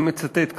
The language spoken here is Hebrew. אני מצטט כאן: